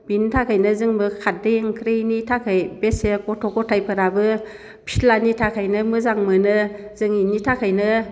बिनि थाखायनो जोंबो खारदै ओंख्रैनि थाखै बेसे गथ' गथायफोराबो फिस्लानि थाखायनो मोजां मोनो जों इनि थाखायनो